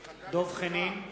דב חנין,